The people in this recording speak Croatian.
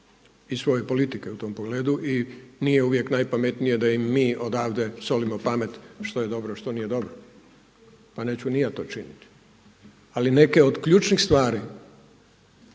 i svoje politike u tom pogledu. I nije uvijek najpametnije da im mi odavde solimo pamet što je dobro, što nije dobro pa neću ni ja to činiti. Ali neke od ključnih stvari,